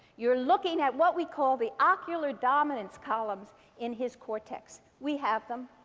you're looking at what we call the ocular dominance columns in his cortex. we have them.